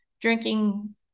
drinking